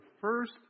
first